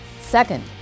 Second